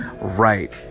right